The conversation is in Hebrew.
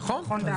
נכון,